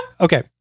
okay